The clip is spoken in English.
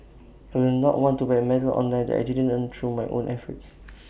I will not want to buy A medal online that I didn't earn through my own efforts